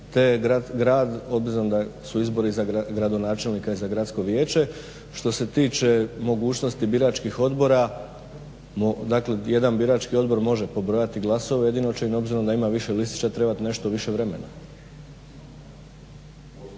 te grad obzirom da su izbori i za gradonačelnika i za Gradsko vijeće. Što se tiče mogućnosti biračkih odbora, dakle jedan birački odbor može pobrojati glasove jedino će im obzirom da ima više listića trebati nešto više vremena.